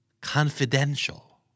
confidential